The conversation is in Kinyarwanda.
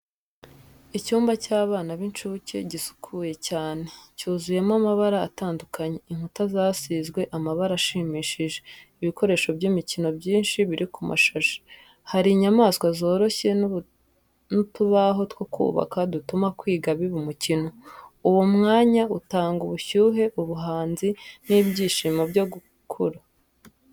Icyumba cy’abana b’incuke gisukuye cyane, cyuzuyemo amabara atandukanye, inkuta zasizwe amabara ashimishije, ibikoresho by’imikino byinshi biri ku mashashi. Hari inyamaswa zoroshye n’utubaho two kubaka dutuma kwiga biba umukino. Uwo mwanya utanga ubushyuhe, ubuhanzi n’ibyishimo byo gukura.